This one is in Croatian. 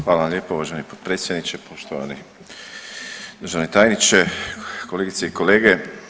Hvala vam lijepo uvaženi potpredsjedniče, poštovani državni tajniče, kolegice i kolege.